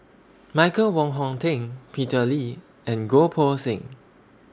Michael Wong Hong Teng Peter Lee and Goh Poh Seng